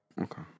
Okay